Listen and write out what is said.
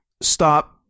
stop